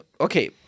okay